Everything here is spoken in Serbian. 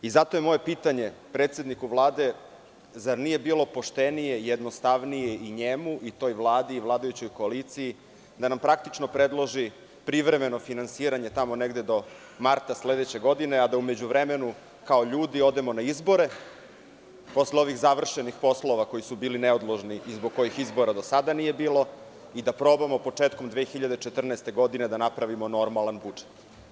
Zato je moje pitanje predsedniku Vlade – zar nije bilo poštenije i jednostavnije njemu, toj Vladi i vladajućoj koaliciji da nam praktično predloži privremeno finansiranje tamo negde do marta sledeće godine, a da u međuvremenu kao ljudi odemona izbore posle ovih završenih poslova koji su bili neodložni i zbog kojih izbora do sada nije bilo i da probamo početkom 2014. godine da napravimo normalan budžet?